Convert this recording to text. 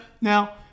now